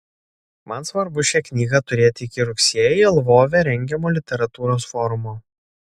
man svarbu šią knygą turėti iki rugsėjį lvove rengiamo literatūros forumo